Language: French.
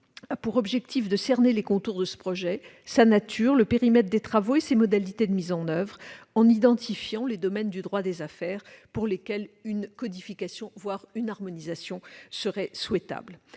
pour objectif de cerner les contours de ce projet, sa nature, le périmètre des travaux et ses modalités de mise en oeuvre, en identifiant les domaines du droit des affaires pour lesquels une codification, voire une harmonisation, serait souhaitable.